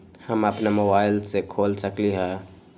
हम अपना मोबाइल से खोल सकली ह?